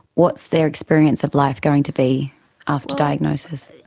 what's their experience of life going to be after diagnosis?